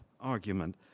argument